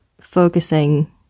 focusing